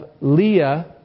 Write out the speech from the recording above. Leah